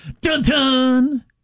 Dun-dun